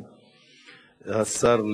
הסיכום הוא שמפרץ חיפה הוא חבית חומר נפץ,